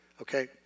okay